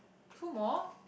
two more